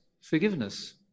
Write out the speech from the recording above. forgiveness